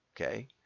okay